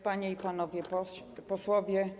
Panie i Panowie Posłowie!